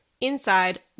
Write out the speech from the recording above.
inside